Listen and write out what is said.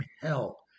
hell